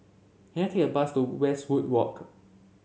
can I take a bus to Westwood Walk